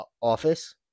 office